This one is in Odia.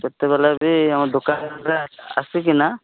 କେତେବେଳେ ବି ଆମ ଦୋକାନରେ ଆସିକିନା